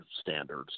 standards